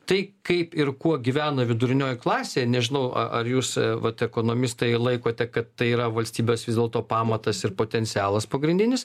tai kaip ir kuo gyvena vidurinioji klasė nežinau ar jūs vat ekonomistai laikote kad tai yra valstybės vis dėlto pamatas ir potencialas pagrindinis